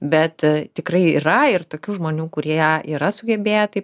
bet tikrai yra ir tokių žmonių kurie yra sugebėję tai